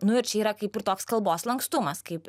nu ir čia yra kaip ir toks kalbos lankstumas kaip